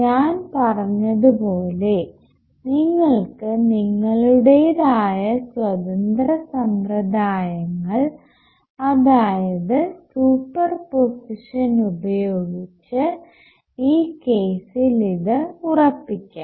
ഞാൻ പറഞ്ഞതുപോലെ നിങ്ങൾക്ക് നിങ്ങളുടേതായ സ്വതന്ത്ര സമ്പ്രദായങ്ങൾ അതായത് സൂപ്പർപൊസിഷൻ ഉപയോഗിച്ച് ഈ കേസിൽ ഇത് ഉറപ്പിക്കാം